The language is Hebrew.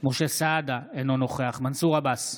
משה סעדה, אינו נוכח מנסור עבאס,